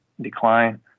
decline